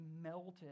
melted